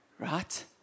Right